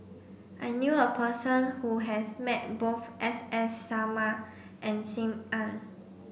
I knew a person who has met both S S Sarma and Sim Ann